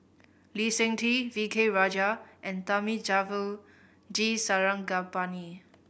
Lee Seng Tee V K Rajah and Thamizhavel G Sarangapani